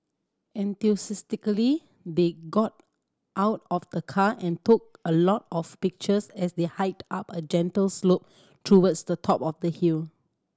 enthusiastically they got out of the car and took a lot of pictures as they hiked up a gentle slope towards the top of the hill